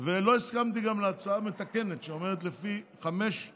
גם לא הסכמתי להצעה המתקנת, לפי חמישה